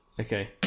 Okay